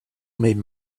made